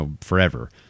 forever